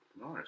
Nice